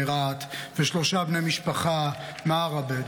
מרהט ושלושה בני משפחה מעראבה,